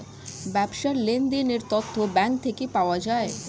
ব্যবসার লেনদেনের তথ্য ব্যাঙ্ক থেকে পাওয়া যায়